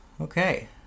okay